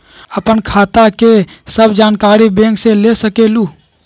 आपन खाता के सब जानकारी बैंक से ले सकेलु?